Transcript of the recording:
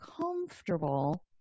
comfortable